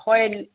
ꯍꯣꯏ